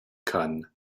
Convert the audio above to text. kann